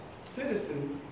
citizens